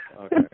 Okay